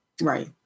Right